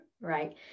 right